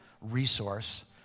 resource